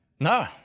No